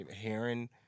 hearing